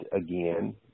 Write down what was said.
again